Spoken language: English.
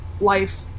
life